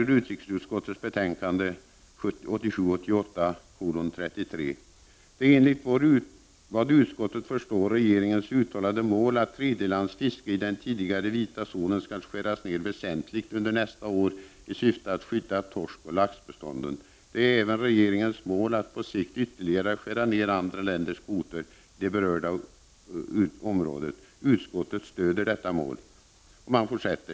I utrikesutskottets betänkande 1987/88:33 sades följande: ”Det är enligt vad utskottet förstår regeringens uttalade mål att tredjelandsfiske i den tidigare vita zonen skall skäras ned väsentligt under nästa år i syfte att skydda torskoch laxbeståndet. Det är även regeringens mål att på sikt ytterligare skära ner andra länders kvoter i det berörda området. Utskottet stöder detta mål.